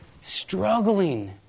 struggling